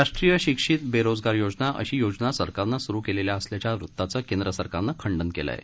राष्ट्रीय शिक्षित बेरोजगार योजना अशी योजना सरकारनं सुरु केली असल्याच्या वृत्ताचं केंद्र सरकारनं खंडन केलं आहे